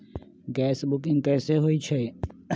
Gas के booking कैसे होईछई?